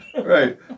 Right